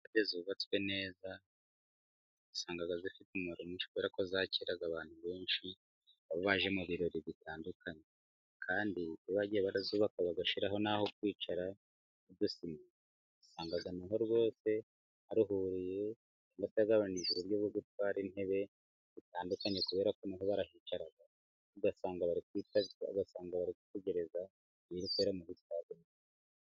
Sitade zubatswe neza usanga zifite umumaro mwinshi, kubera ko zakira abantu benshi baje mu birori bitandukanye, kandi baba baragiye bazubaka bagashyiraho n'aho kwicara, ugasanga amahoro rwose aruzuye atagabanije. Uburyo bwo gutwara intebe butandukanye, kubera ko barahicara, ugasanga bari ugasanga bari gutegereza...